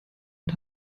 und